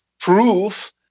proof